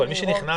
מי שנכנס